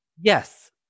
Yes